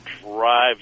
drive